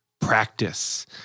practice